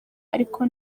ariko